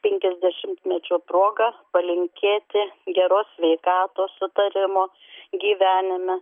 penkiasdešimtmečio proga palinkėti geros sveikatos sutarimo gyvenime